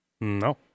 No